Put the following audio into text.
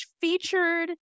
featured